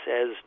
says